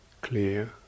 clear